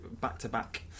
back-to-back